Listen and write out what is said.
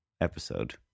episode